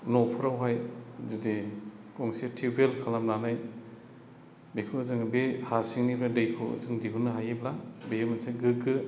न'फोरावहाय जुदि गंसे टिउबवेल खालामनानै बेखौ जोङो बे हा सिंनिफ्राय दैखौ जों दिहुननो हायोब्ला बेयो मोनसे गोग्गो